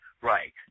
Right